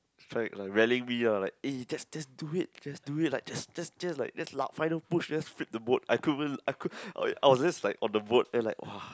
trying to rallying be like eh just just do it let's let's do it just just like final push let's flip the boat and I couldn't I could I was just like on the boat !wah!